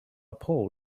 paul